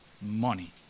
Money